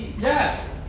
Yes